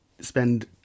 spend